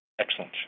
Excellent